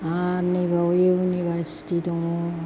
आरो नै बेयाव इउनिभारसिटि दङ